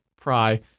Pry